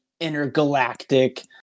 intergalactic